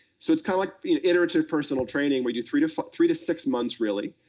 so it's kind of like iterative personal training, we do three to three to six months, really.